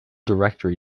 directory